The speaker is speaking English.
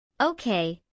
Okay